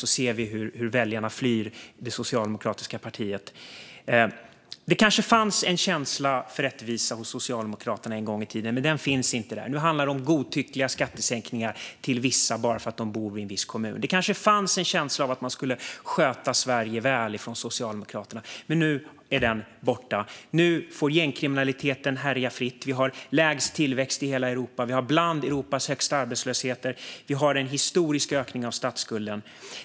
Vi kommer att få se hur väljarna flyr från det socialdemokratiska partiet. Det kanske fanns en känsla av rättvisa hos Socialdemokraterna en gång i tiden, men den finns inte längre. Nu handlar det om godtyckliga skattesänkningar till vissa bara för att de bor i en viss kommun. Det kanske fanns en känsla hos Socialdemokraterna att man skulle sköta Sverige väl, men nu är den borta. Nu får gängkriminaliteten härja fritt. Vi har lägst tillväxt i hela Europa. Vi finns bland dem med Europas högsta arbetslöshet. Vi har en historisk ökning av statsskulden.